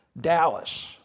Dallas